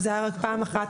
זה היה רק פעם אחת,